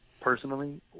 personally